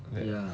ya